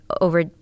over